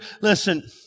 listen